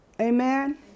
Amen